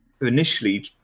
initially